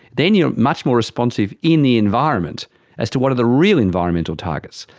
then you are much more responsive in the environment as to what are the real environmental targets.